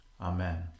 Amen